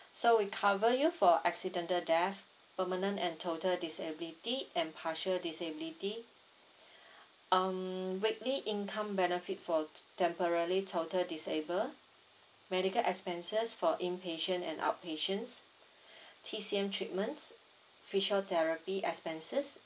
so we cover you for accidental death permanent and total disability and partial disability um weekly income benefit for temporary total disable medical expenses for inpatient and outpatients T_C_M treatments physiotherapy expenses